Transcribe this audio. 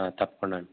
తప్పకుండా అండి